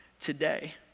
today